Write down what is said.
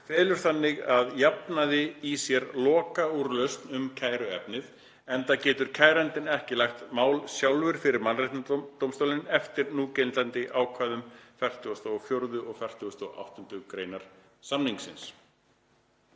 felur þannig að jafnaði í sér lokaúrlausn um kæruefnið, enda getur kærandinn ekki lagt mál sjálfur fyrir mannréttindadómstólinn eftir núgildandi ákvæðum 44. og 48. gr. samningsins.“